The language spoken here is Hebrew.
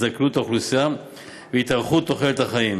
לדברים שגם נכתבו בחלקם באותו דוח של המבקר ולתגובות שהיו בעקבותיהם,